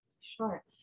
Sure